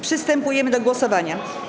Przystępujemy do głosowania.